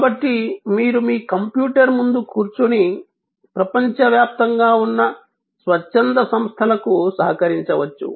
కాబట్టి మీరు మీ కంప్యూటర్ ముందు కూర్చుని ప్రపంచవ్యాప్తంగా ఉన్న స్వచ్ఛంద సంస్థలకు సహకరించవచ్చు